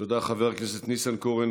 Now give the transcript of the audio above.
תודה, חבר הכנסת ניסנקורן.